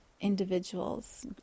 individuals